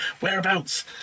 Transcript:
whereabouts